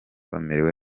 bamerewe